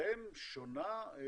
משלכם שונה?